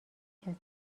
کسی